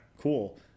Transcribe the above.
cool